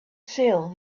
sale